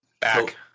Back